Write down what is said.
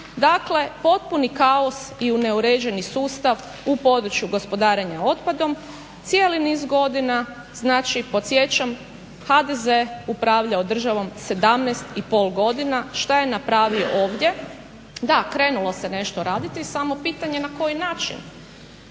Dakle, potpuni kaos i u neuređeni sustav u području gospodarenja otpadom. Cijeli niz godina, znači podsjećam HDZ je upravljao državom 17 i pol godina. Šta je napravio ovdje? Da, krenulo se nešto raditi samo pitanje na koji način.